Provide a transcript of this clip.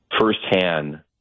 firsthand